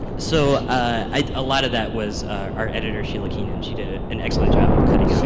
so a ah lot of that was our editor sheila keenan she did ah an excellent job of cutting out. and